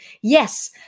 Yes